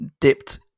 dipped